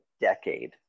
decade